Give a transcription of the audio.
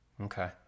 Okay